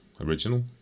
original